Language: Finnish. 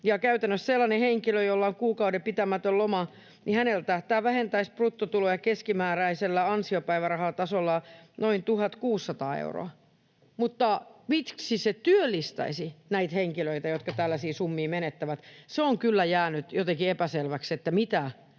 Käytännössä sellaiselta henkilöltä, jolla on kuukauden pitämätön loma, tämä vähentäisi bruttotuloja keskimääräisellä ansiopäivärahatasolla noin 1 600 euroa. Mutta miksi se työllistäisi näitä henkilöitä, jotka tällaisia summia menettävät — on kyllä jäänyt jotenkin epäselväksi, mitä tässä